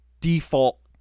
default